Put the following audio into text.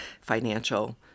financial